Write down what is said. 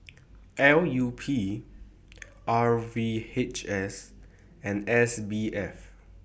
L U P R V H S and S B F